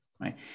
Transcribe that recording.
Right